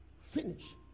Finish